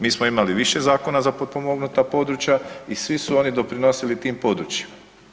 Mi smo imali više zakona za potpomognuta područja i svi su oni doprinosili tim područjima.